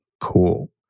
Cool